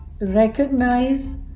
recognize